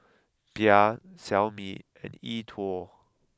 Bia Xiaomi and E Twow